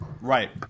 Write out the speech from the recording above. Right